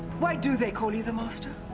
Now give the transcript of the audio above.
why do they call you the master.